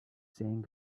saying